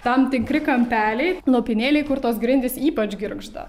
tam tikri kampeliai lopinėliai kur tos grindys ypač girgžda